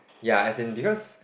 ya as in because